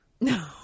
No